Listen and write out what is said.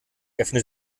erfindet